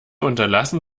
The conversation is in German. unterlassen